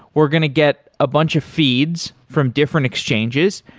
we're going to get a bunch of feeds from different exchanges,